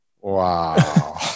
Wow